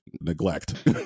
neglect